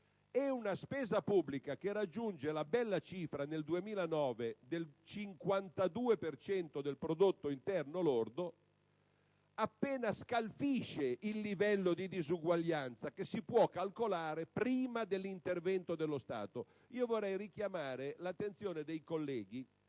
la spesa pubblica, che nel 2009 ha raggiunto ben il 52 per cento del prodotto interno lordo, appena scalfisce il livello di disuguaglianza che si può calcolare prima dell'intervento dello Stato. Vorrei richiamare l'attenzione dei colleghi